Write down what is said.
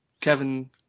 Kevin